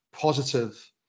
positive